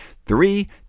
Three